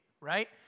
right